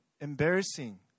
embarrassing